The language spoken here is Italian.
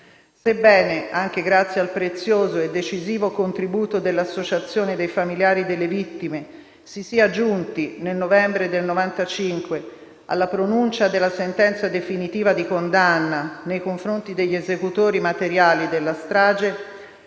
Sebbene - anche grazie al prezioso e decisivo contributo dell'associazione dei familiari delle vittime - si sia giunti, nel novembre del 1995, alla pronuncia della sentenza definitiva di condanna nei confronti degli esecutori materiali della strage,